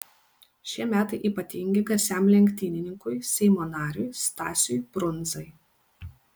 šie metai ypatingi garsiam lenktynininkui seimo nariui stasiui brundzai